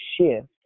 shift